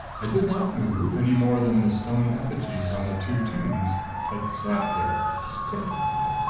i did not move, any more than the stone effigies on the two tombs but sat there, stiffened.